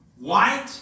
White